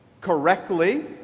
correctly